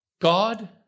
God